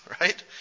right